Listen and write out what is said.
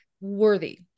worthy